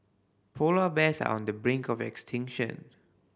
polar bears are on the brink of extinction